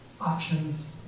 options